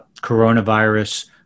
coronavirus